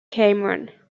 cameron